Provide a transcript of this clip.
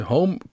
Home